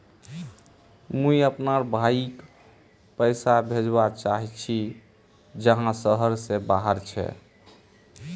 मुई अपना भाईक पैसा भेजवा चहची जहें शहर से बहार छे